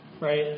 Right